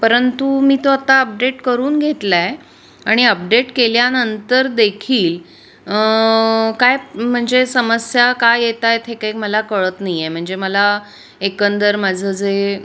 परंतु मी तो आता अपडेट करून घेतला आहे आणि अपडेट केल्यानंतर देखील काय म्हणजे समस्या का येत आहेत हे काही मला कळत नाही आहे म्हणजे मला एकंदर माझं जे